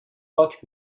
پاک